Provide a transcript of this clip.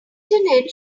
internet